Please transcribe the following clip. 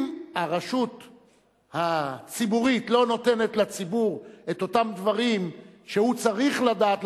אם הרשות הציבורית לא נותנת לציבור את אותם דברים שהוא צריך לדעת,